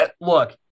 look